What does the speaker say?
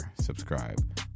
subscribe